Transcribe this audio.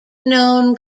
known